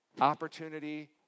opportunity